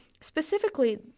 Specifically